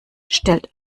stellt